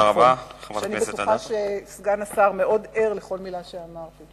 אני בטוחה שסגן השר מאוד ער לכל מלה שאמרתי.